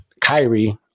Kyrie